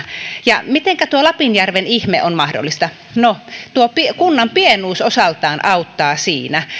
ja mitenkä tuo lapinjärven ihme on mahdollista no tuo kunnan pienuus osaltaan auttaa siinä